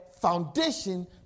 foundation